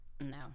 No